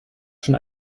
schon